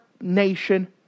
nation